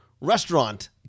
restaurant